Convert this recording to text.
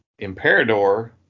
Imperador